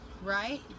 Right